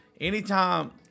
anytime